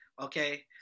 Okay